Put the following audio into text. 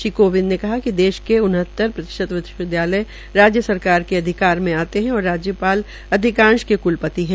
श्री कोविंद ने कहा कि देश के उनहत्तर प्रतिशत विश्वविद्यालय सरकार के अधिकार मे आते है और राज्यपाल अधिकांश के क्लपति है